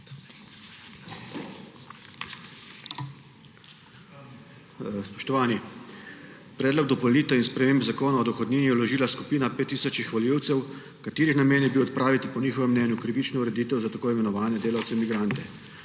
Spoštovani! Predlog dopolnitev in sprememb Zakona o dohodnini je vložila skupina pet tisočih volivcev, katerih namen je bil odpraviti po njihovem mnenju krivično ureditev za tako imenovane delavce migrante,